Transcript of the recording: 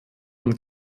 und